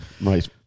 Right